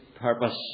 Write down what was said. purpose